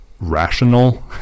rational